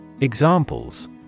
Examples